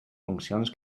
funcions